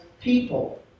people